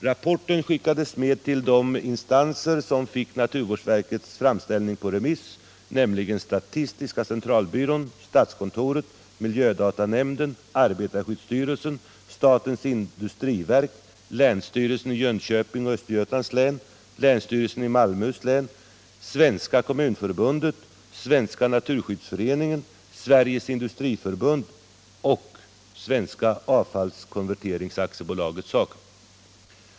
Rapporten skickades med till de instanser som fick naturvårdsverkets framställning på remiss, nämligen statistiska centralbyrån, statskontoret, miljödatanämnden, arbetarskyddsstyrelsen, statens industriverk, länsstyrelserna i Jönköpings, Östergötlands och Malmöhus län, Svenska kommunförbundet, Svenska naturskyddsföreningen, Sveriges industriförbund och Svensk Avfallskonvertering AB, SAKAB.